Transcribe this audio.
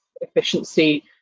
efficiency